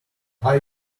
are